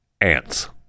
Ants